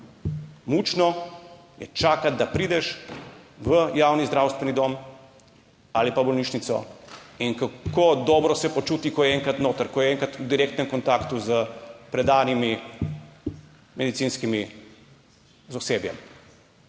mučno je čakati, da prideš v javni zdravstveni dom ali pa v bolnišnico in kako dobro se počuti, ko je enkrat noter, ko je enkrat v direktnem kontaktu s predanimi medicinskimi osebjem.